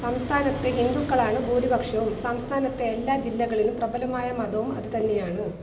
സംസ്ഥാനത്ത് ഹിന്ദുക്കളാണ് ഭൂരിപക്ഷവും സംസ്ഥാനത്തെ എല്ലാ ജില്ലകളിലും പ്രബലമായ മതവും അത് തന്നെയാണ്